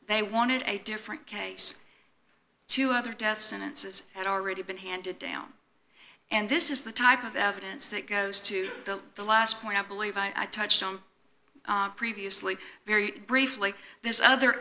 they wanted a different case two other death sentences had already been handed down and this is the type of evidence that goes to the last point i believe i touched previously very briefly this other